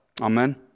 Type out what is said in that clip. Amen